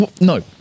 No